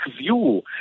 view